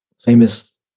famous